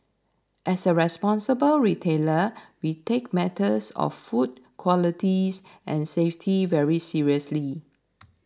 as a responsible retailer we take matters of food qualities and safety very seriously